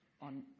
on